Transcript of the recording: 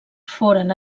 foren